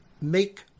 make